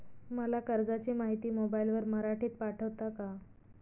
मला कर्जाची माहिती मोबाईलवर मराठीत पाठवता का?